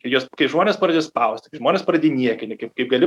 juos kai žmones pradedi spausti žmones pradedi niekini kai kai gali